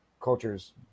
cultures